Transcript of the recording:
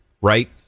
right